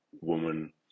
woman